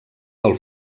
del